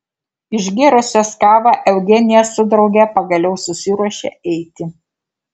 išgėrusios kavą eugenija su drauge pagaliau susiruošė eiti